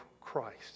Christ